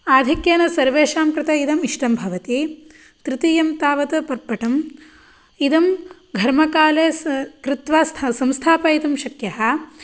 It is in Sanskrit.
आधिक्येन सर्वेषां कृते इदम् इष्टं भवति तृतीयं तावत् पर्पटम् इदं घर्मकाले कृत्वा संस्थापयितुं शक्यः